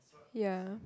ya